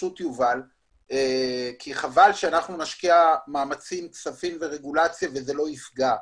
חבל שנשקיע מאמצים כספים ורגולציה וזה לא יפגע,